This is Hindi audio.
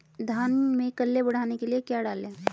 धान में कल्ले बढ़ाने के लिए क्या डालें?